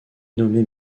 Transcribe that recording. nommer